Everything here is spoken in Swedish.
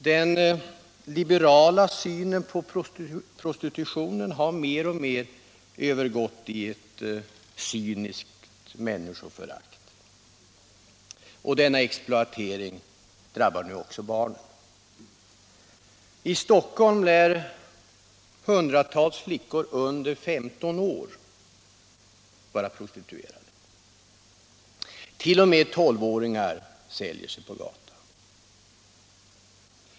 Den liberala synen på prostitutionen har mer och mer övergått i ett cyniskt människoförakt, och denna exploatering drabbar nu också barnen. I Stockholm lär hundratals flickor under femton år vara prostituerade. T. o. m. 12-åringar säljer sig på gatan.